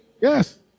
Yes